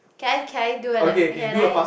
can I can I do or not can I